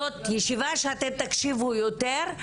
זאת ישיבה שאתם תקשיבו יותר.